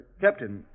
Captain